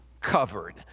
covered